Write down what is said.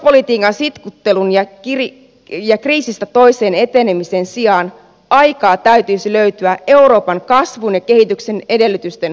europolitiikan sitkuttelun ja kriisistä toiseen etenemisen sijaan aikaa täytyisi löytyä euroopan kasvun ja kehityksen edellytysten huomioimiseen